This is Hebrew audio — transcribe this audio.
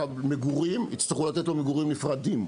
מגורים יצטרכו לתת לו מגורים נפרדים.